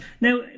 Now